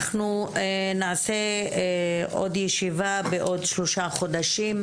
אנחנו נעשה עוד ישיבה בעוד שלושה חודשים,